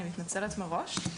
אני מתנצלת מראש.